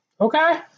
Okay